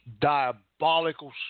diabolical